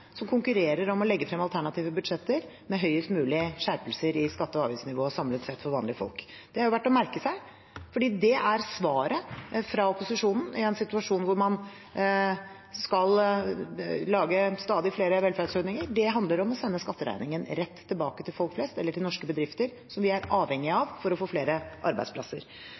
som konkurrerer om å legge frem alternative budsjetter med høyest mulige skjerpelser i skatte- og avgiftsnivået samlet sett for vanlige folk. Det er verdt å merke seg, for det er svaret fra opposisjonen i en situasjon hvor man skal lage stadig flere velferdsordninger. Det handler om å sende skatteregningen rett tilbake til folk flest, eller til norske bedrifter, som vi er avhengig av for å få flere arbeidsplasser.